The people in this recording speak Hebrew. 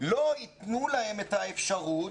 לא ייתנו להם את האפשרות